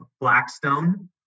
Blackstone